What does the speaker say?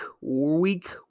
Week